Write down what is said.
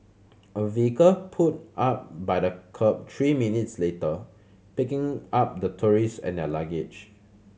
a vehicle pulled up by the kerb three minutes later picking up the tourist and their luggage